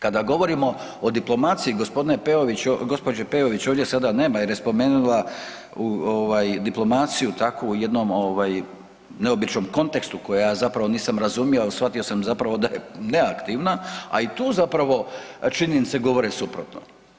Kada govorimo o diplomaciji gospodine, gospođe Peović ovdje sada nema jer je spomenula diplomaciju tako u jednom ovaj neobičnom kontekstu koji ja zapravo nisam razumio ali shvatio sam zapravo da je neaktivna, a i tu zapravo činjenice govore suprotno.